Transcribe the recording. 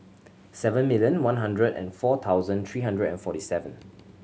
seven million one hundred and four thousand three hundred and forty seven